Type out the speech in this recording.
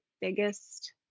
biggest